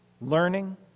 Learning